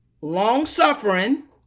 long-suffering